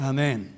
Amen